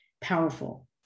powerful